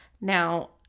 Now